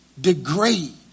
degrade